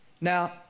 Now